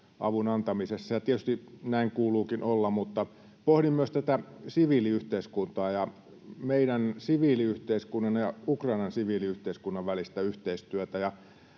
Tietysti näin kuuluukin olla, mutta pohdin myös tätä siviiliyhteiskuntaa ja meidän siviiliyhteiskunnan ja Ukrainan siviiliyhteiskunnan välistä yhteistyötä,